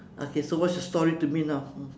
okay so what's your story to me now mm